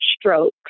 strokes